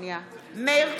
מאיר כהן,